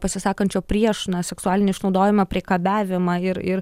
pasisakančio prieš seksualinį išnaudojimą priekabiavimą ir ir